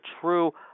true